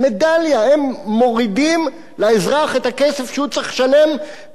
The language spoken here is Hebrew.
הם מורידים לאזרח את הכסף שהוא צריך לשלם בתור עונש